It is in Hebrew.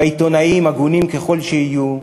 והעיתונאים, הגונים ככל שיהיו,